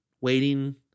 waiting